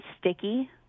sticky